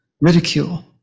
ridicule